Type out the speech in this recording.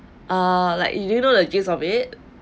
err like you didn't know the gist of it